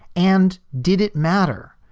and did it matter?